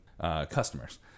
customers